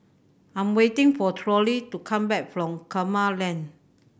I'm waiting for Torey to come back from Kramat Lane